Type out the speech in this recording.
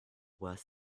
worse